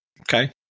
Okay